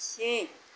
छः